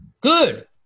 good